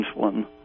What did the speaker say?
insulin